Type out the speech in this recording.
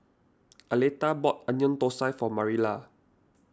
Aletha bought Onion Thosai for Marilla